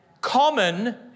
common